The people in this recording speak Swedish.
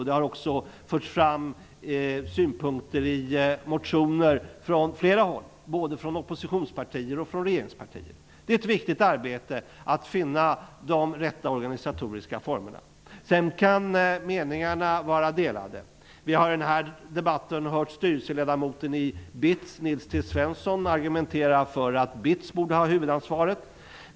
Det har också framförts synpunkter på detta i motioner från flera håll, både från oppositionspartier och från regeringspartier. Det är ett viktigt arbete att finna de rätta organisatoriska formerna. Sedan kan meningarna vara delade. Vi har i debatten hört styrelseledamoten i BITS Nils T Svensson argumentera för att BITS skall ha huvudansvaret.